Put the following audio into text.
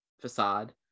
facade